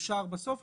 תאושר בסוף.